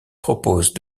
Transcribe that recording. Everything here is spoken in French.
propose